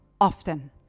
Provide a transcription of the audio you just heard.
often